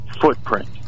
footprint